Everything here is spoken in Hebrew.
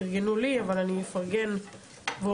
פרגנו לי אבל אני אפרגן ואומר,